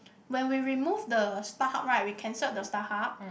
when we remove the Starhub right we cancelled the Starhub